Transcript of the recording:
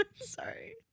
Sorry